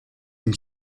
dem